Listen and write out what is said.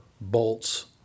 bolts